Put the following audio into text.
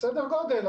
סדר גודל.